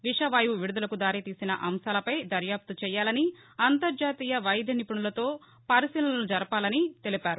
విషవాయువు విడుదలకు దారితీసిన అంశాలపై దర్యాప్త చేయాలని అంతర్జాతీయ వైద్య నిపుణులతో పరిశీలనలు జరపాలన్నారు